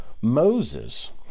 Moses